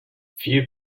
few